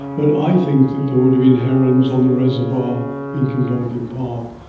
but i think that there would have been herons on the reservoir in cwmdonkin park.